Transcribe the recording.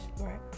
Right